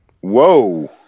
Whoa